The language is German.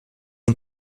den